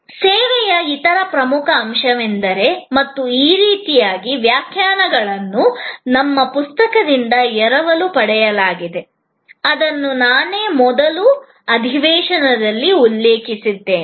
ಸೇವೆಯ ಇತರ ಪ್ರಮುಖ ಅಂಶವೆಂದರೆ ಮತ್ತು ಈ ರೀತಿಯಾಗಿ ಈ ವ್ಯಾಖ್ಯಾನಗಳನ್ನು ನಮ್ಮ ಪುಸ್ತಕದಿಂದ ಎರವಲು ಪಡೆಯಲಾಗಿದೆ ಅದನ್ನು ನಾನು ಮೊದಲೇ ಅಧಿವೇಶನದಲ್ಲಿ ಉಲ್ಲೇಖಿಸಿದ್ದೇನೆ